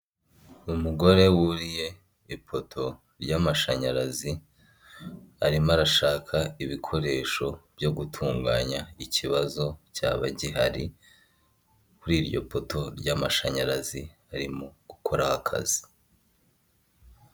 Umugore wuriye ipoto ry'amashanyarazi arimo arashaka ibikoresho byo gutunganya ikibazo cyaba gihari kuri iryo poto ry'amashanyarazi arimo gukoraho akazi.